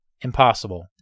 impossible